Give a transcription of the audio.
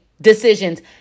decisions